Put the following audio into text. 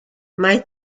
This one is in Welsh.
mae